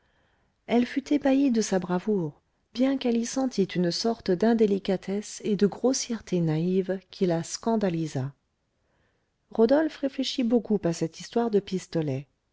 elle fut ébahie de sa bravoure bien qu'elle y sentît une sorte d'indélicatesse et de grossièreté naïve qui la scandalisa rodolphe réfléchit beaucoup à cette histoire de pistolets